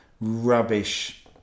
rubbish